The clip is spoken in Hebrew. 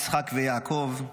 יצחק ויעקב,